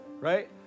right